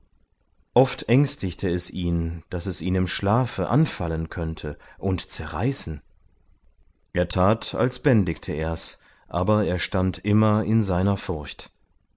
oft ängstigte es ihn daß es ihn im schlafe anfallen könnte und zerreißen er tat als bändigte ers aber er stand immer in seiner furcht